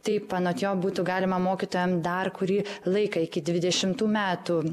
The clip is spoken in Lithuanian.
taip anot jo būtų galima mokytojam dar kurį laiką iki dvidešimtų metų